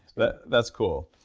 but that's cool.